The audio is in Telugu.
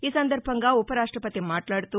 ఈసందర్భంగా ఉపరాష్టపతి మాట్లాడుతూ